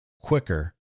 quicker